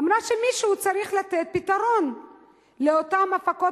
אמרה שמישהו צריך לתת פתרון לאותן הפקות